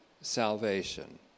salvation